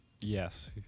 yes